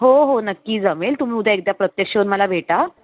हो हो नक्की जमेल तुम्ही उद्या एकदा प्रत्यक्ष येऊन मला भेटा